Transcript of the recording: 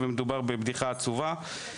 ומדובר בבדיחה עצובה.